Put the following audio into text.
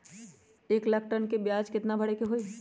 एक लाख ऋन के ब्याज केतना भरे के होई?